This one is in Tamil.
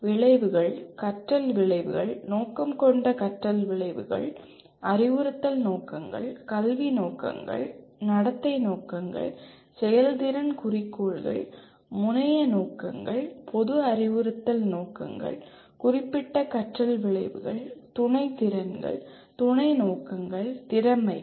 விளைவுகள் கற்றல் விளைவுகள் நோக்கம் கொண்ட கற்றல் விளைவுகள் அறிவுறுத்தல் நோக்கங்கள் கல்வி நோக்கங்கள் நடத்தை நோக்கங்கள் செயல்திறன் குறிக்கோள்கள் முனைய நோக்கங்கள் பொது அறிவுறுத்தல் நோக்கங்கள் குறிப்பிட்ட கற்றல் விளைவுகள் துணை திறன்கள் துணை நோக்கங்கள் திறமைகள்